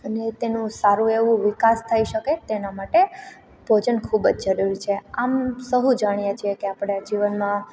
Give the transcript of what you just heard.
અને તેનું સારું એવું વિકાસ થઈ શકે તેના માટે ભોજન ખૂબજ જરૂરી છે આમ સહુ જાણીએ છીએ કે આપણે જીવનમાં